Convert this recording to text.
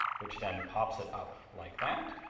which then pops it up like that,